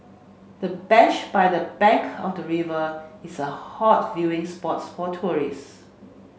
the bench by the bank of the river is a hot viewing spots for tourist